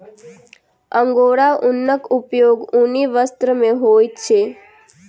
angora ऊनक उपयोग ऊनी वस्त्र में होइत अछि